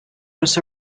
was